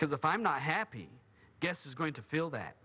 because if i'm not happy guess is going to feel that